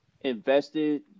invested